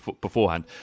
beforehand